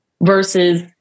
versus